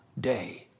day